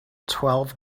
twelve